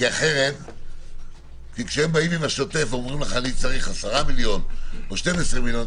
כי כשהם באים עם השוטף ואומרים לך: אני צריך 10 מיליון או 12 מיליון,